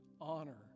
honor